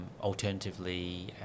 alternatively